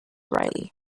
riley